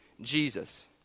Jesus